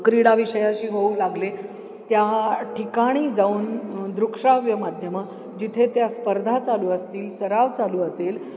क्रीडा विषयाशी होऊ लागले त्या ठिकाणी जाऊन दृकश्राव्य माध्यमं जिथे त्या स्पर्धा चालू असतील सराव चालू असेल